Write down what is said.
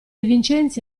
vincenzi